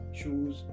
shoes